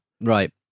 right